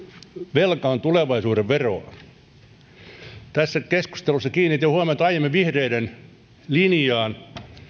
velka on tulevaisuuden veroa tässä keskustelussa kiinnitin aiemmin huomiota vihreiden linjaan